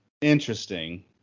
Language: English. interesting